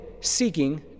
seeking